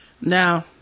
now